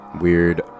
Weird